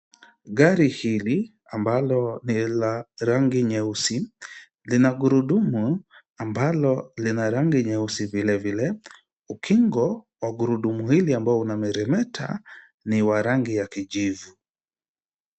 Gari hili ambalo ni la rangi nyeusi, linagurudumu ambalo lina rangi nyeusi vile vile, ukingo wa gurudumu hili ambalo unameremeta ni wa rangi ya kijivu.